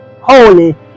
holy